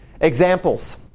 examples